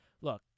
Look